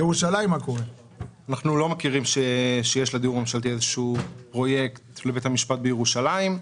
אנחנו לא מכירים שיש לדיור הממשלתי איזשהו פרויקט לבית המשפט בירושלים.